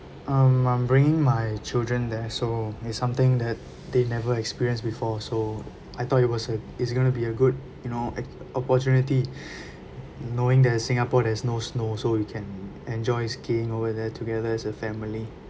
um I'm bringing my children there so is something that they never experienced before so I thought it was a is going to be a good you know op~ opportunity knowing that singapore there's no snow so we can enjoy skiing over there together as a family